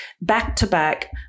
back-to-back